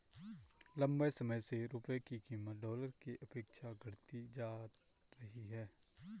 लंबे समय से रुपये की कीमत डॉलर के अपेक्षा घटती जा रही है